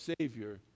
Savior